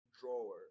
drawer